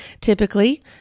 typically